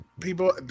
people